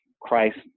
Christ